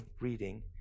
reading